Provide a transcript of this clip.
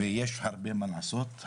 ויש הרבה מאוד מה לעשות.